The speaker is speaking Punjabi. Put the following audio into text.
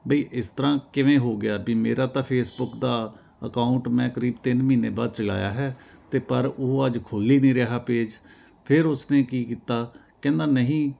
ਬਈ ਇਸ ਤਰ੍ਹਾਂ ਕਿਵੇਂ ਹੋ ਗਿਆ ਵੀ ਮੇਰਾ ਤਾਂ ਫੇਸਬੁਕ ਦਾ ਅਕਾਊਂਟ ਮੈਂ ਕਰੀਬ ਤਿੰਨ ਮਹੀਨੇ ਬਾਅਦ ਚਲਾਇਆ ਹੈ ਅਤੇ ਪਰ ਉਹ ਅੱਜ ਖੁੱਲ੍ਹ ਹੀ ਨਹੀਂ ਰਿਹਾ ਪੇਜ ਫਿਰ ਉਸਨੇ ਕੀ ਕੀਤਾ ਕਹਿੰਦਾ ਨਹੀਂ